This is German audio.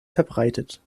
verbreitet